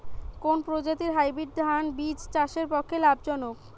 কোন প্রজাতীর হাইব্রিড ধান বীজ চাষের পক্ষে লাভজনক?